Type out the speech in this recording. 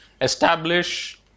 establish